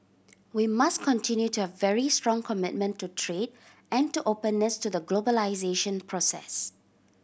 we must continue to have very strong commitment to trade and to openness to the globalisation process